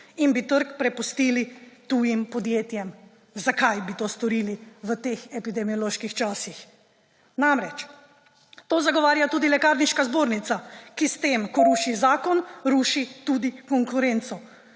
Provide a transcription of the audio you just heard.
in bi trg prepustili tujim podjetjem? Zakaj bi to storili v teh epidemioloških časih? Namreč, to zagovarja tudi Lekarniška zbornica, ki s tem, ko ruši zakon, ruši tudi konkurenco.